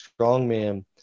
strongman